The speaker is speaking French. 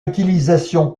utilisation